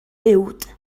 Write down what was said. uwd